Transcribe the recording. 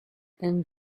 and